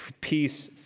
Peace